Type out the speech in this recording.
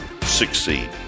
succeed